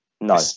No